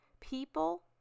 people